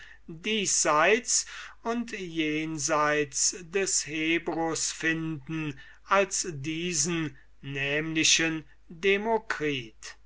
diesseits und jenseits des hebrus finden als diesen nämlichen demokritus